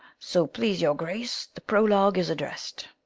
so please your grace, the prologue is address'd.